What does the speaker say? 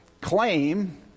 claim